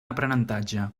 aprenentatge